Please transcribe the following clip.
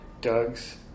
Doug's